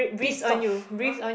pissed off !huh!